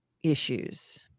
issues